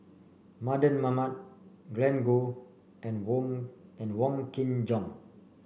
Mardan Mamat Glen Goei and Wong and Wong Kin Jong